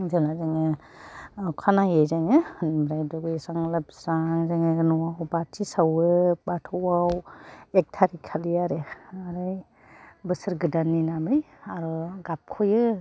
बिदिनो जोङो अखानायै जोङो दुगैस्रां लोबस्रां जोङो न'आव बाथि सावो बाथौयाव एक थारिक खालि आरो बोसोर गोदाननि नामै आर'ज गाबख'यो